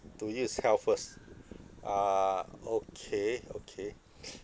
to you is health first ah okay okay